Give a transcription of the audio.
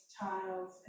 tiles